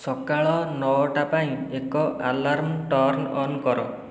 ସକାଳ ନଅଟା ପାଇଁ ଏକ ଆଲାର୍ମ ଟର୍ଣ୍ଣ ଅନ୍ କର